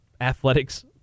athletics